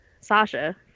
Sasha